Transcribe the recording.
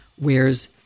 wears